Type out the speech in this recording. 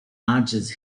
lodges